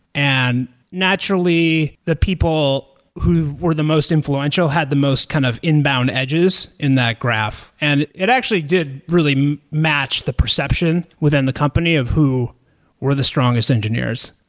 and naturally the people who were the most influential had the most kind of inbound edges in that graph, and it actually did really match the perception within the company of who were the strongest engineers.